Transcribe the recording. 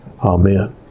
Amen